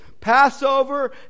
Passover